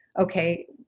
okay